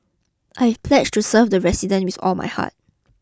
I've pledged to serve the residents with all my heart